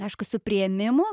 aišku su priėmimu